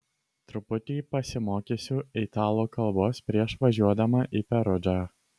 truputį pasimokysiu italų kalbos prieš važiuodama į perudžą